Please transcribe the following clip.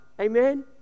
Amen